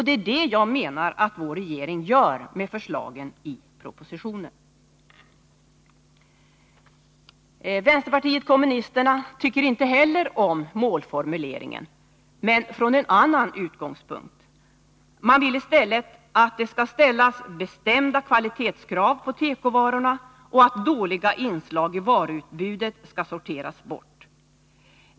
Det är detta jag menar att vår regering gör med förslagen i propositionen. Vpk tycker inte heller om målformuleringen, men från en annan utgångspunkt. Man vill i stället att det skall ställas bestämda kvalitetskrav på tekovarorna och att dåliga inslag i varuutbudet skall sorteras bort.